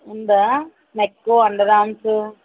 ఉందా neck underarms